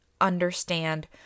understand